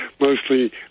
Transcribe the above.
mostly